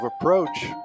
approach